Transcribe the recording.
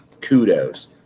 kudos